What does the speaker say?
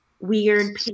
weird